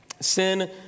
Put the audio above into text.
Sin